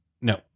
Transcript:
No